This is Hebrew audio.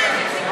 כן,